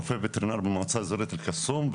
רופא וטרינר במועצה אזורית אל קסום.